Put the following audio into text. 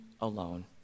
alone